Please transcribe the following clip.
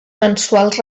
mensuals